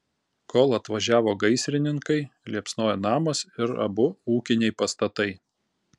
kol atvažiavo gaisrininkai liepsnojo namas ir abu ūkiniai pastatai